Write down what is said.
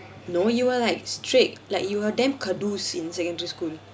no you were like strict like you were damn ka~ in secondary school